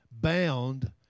bound